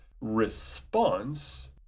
response